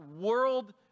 world